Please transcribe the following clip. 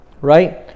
right